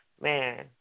Man